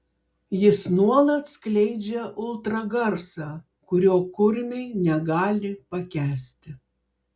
jis nuolat skleidžia ultragarsą kurio kurmiai negali pakęsti